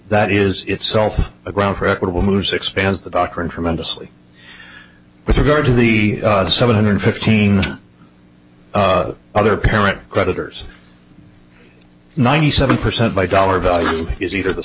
that is itself a ground for equitable who's expands the doctrine tremendously with regard to the seven hundred fifteen other parent creditors ninety seven percent by dollar value is either the